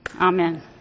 Amen